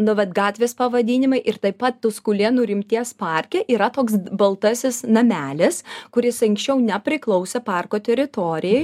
nu vat gatvės pavadinimai ir taip pat tuskulėnų rimties parke yra toks baltasis namelis kuris anksčiau nepriklausė parko teritorijoj